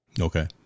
Okay